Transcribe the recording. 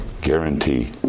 guarantee